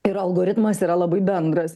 yra algoritmas yra labai bendras